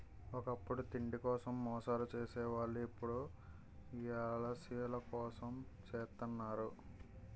ఒకప్పుడు తిండి కోసం మోసాలు సేసే వాళ్ళు ఇప్పుడు యిలాసాల కోసం జెత్తన్నారు